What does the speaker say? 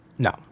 No